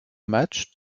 matchs